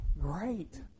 great